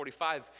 45